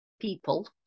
People